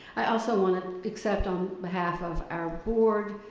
i also want to accept on behalf of our board,